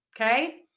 Okay